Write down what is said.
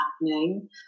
happening